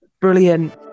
Brilliant